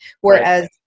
Whereas